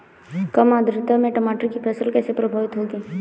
कम आर्द्रता में टमाटर की फसल कैसे प्रभावित होगी?